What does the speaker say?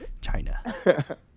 China